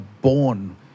born